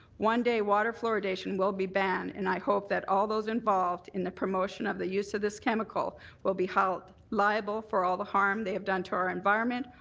one day water fluoridation will be banned and i hope that all those involved in the promotion of the use of this chemical will be held liable for all the harm they have done to our environment,